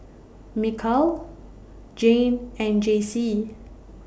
Mikal Jayne and Jaycee